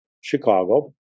Chicago